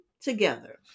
together